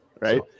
Right